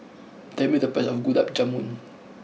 tell me the price of Gulab Jamun